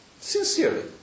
Sincerely